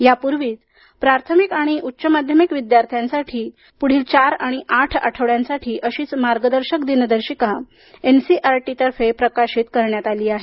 यापूर्वीच प्राथमिक आणि उच्च माध्यमिक विद्यार्थ्यांसाठी पुढील चार आणि आठ आठवड्यासाठी अशीच मार्गदर्शक दीनदर्शिका एन सी आर टी तर्फे प्रकाशित करण्यात आली आहे